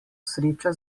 sreča